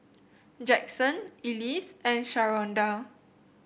Jaxson Elise and Sharonda